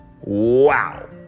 Wow